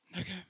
Okay